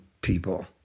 people